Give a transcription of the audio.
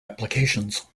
applications